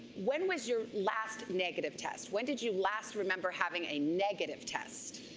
when was your last negative test? when did you last remember having a negative test?